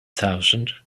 thousand